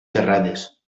terrades